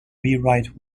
rewrite